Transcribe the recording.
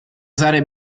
usare